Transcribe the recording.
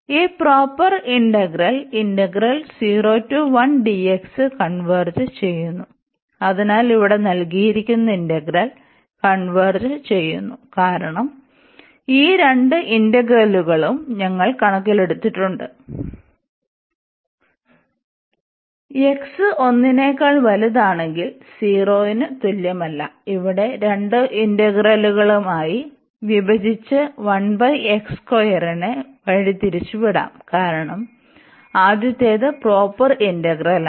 ഈ proper integral converge ചെയ്യുന്നു അതിനാൽ ഇവിടെ നൽകിയിരിക്കുന്ന ഇന്റഗ്രൽ കൺവെർജ് ചെയ്യുന്നു കാരണം ഈ രണ്ട് ഇന്റഗ്രല്ലുകളും ഞങ്ങൾ കണക്കിലെടുത്തിട്ടുണ്ട് x 1 നെക്കാൾ വലുതാണെങ്കിൽ 0 ന് തുല്യമല്ല ഇവിടെ രണ്ട് ഇന്റഗ്രലുകളായി വിഭജിച്ച് നെ വഴിതിരിച്ചുവിടാം കാരണം ആദ്യത്തേത് പ്രോപ്പർ ഇന്റഗ്രലാണ്